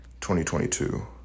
2022